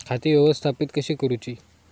खाती व्यवस्थापित कशी करूची?